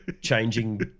Changing